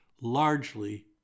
largely